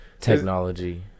technology